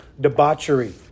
debauchery